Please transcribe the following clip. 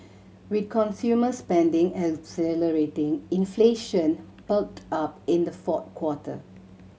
with consumer spending accelerating inflation perked up in the fourth quarter